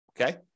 Okay